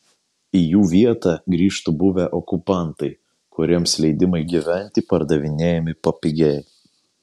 į jų vietą grįžtų buvę okupantai kuriems leidimai gyventi pardavinėjami papigiai